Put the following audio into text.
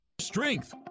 Strength